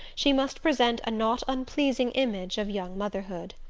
she must present a not unpleasing image of young motherhood.